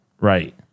Right